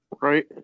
Right